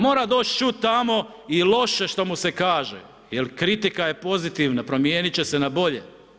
Mora doći čut tamo i loše što mu se kaže jer kritika je pozitivna, promijenit će se na bolje.